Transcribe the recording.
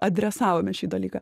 adresavome šį dalyką